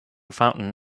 fountain